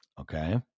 okay